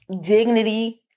dignity